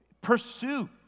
Pursue